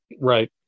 Right